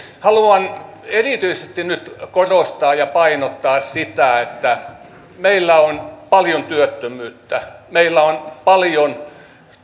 haluan nyt erityisesti korostaa ja painottaa sitä että meillä on paljon työttömyyttä meillä on paljon